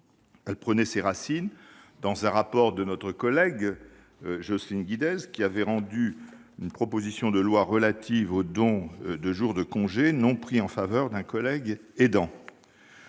Elle prenait ses racines dans un rapport que notre collègue Jocelyne Guidez avait rendu sur une proposition de loi relative au don de jours de congé non pris en faveur d'un collègue aidant.